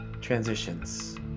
transitions